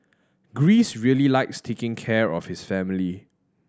Greece really likes taking care of his family